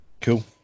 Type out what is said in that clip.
Cool